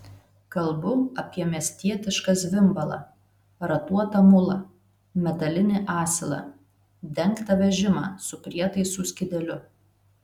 kalbu apie miestietišką zvimbalą ratuotą mulą metalinį asilą dengtą vežimą su prietaisų skydeliu